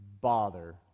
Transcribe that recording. bother